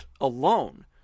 Alone